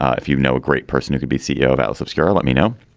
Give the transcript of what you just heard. ah if you know a great person who could be ceo of atlas obscura let me know.